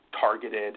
targeted